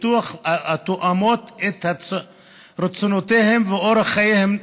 פיתוח התואמות את רצונותיהם ואורח חייהם,